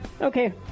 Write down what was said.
Okay